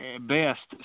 Best